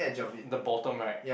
the bottom right